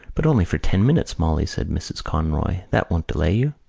but only for ten minutes, molly, said mrs. conroy. that won't delay you.